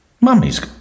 Mummy's